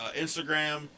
Instagram